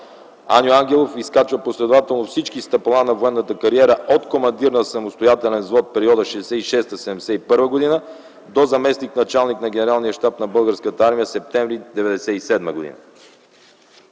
Аню Ангелов изкачва последователно всички стъпала на военната кариера от командир на самостоятелен взвод в периода 1966-1971 г. до заместник-началник на Генералния щаб на Българската армия м. септември 1997 г.